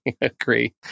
agree